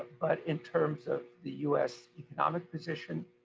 but in terms of the us economic position.